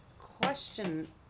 question